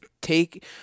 take